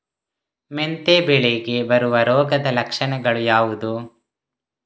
ಮೆಂತೆ ಬೆಳೆಗೆ ಬರುವ ರೋಗದ ಲಕ್ಷಣಗಳು ಯಾವುದು?